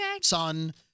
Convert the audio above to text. son